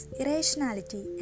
irrationality